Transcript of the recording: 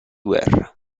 guerra